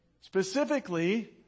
Specifically